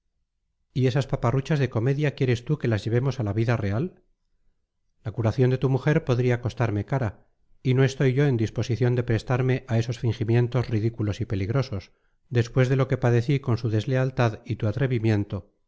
y esas paparruchas de comedia quieres tú que las llevemos a la vida real la curación de tu mujer podría costarme cara y no estoy yo en disposición de prestarme a esos fingimientos ridículos y peligrosos después de lo que padecí con su deslealtad y tu atrevimiento